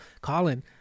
Colin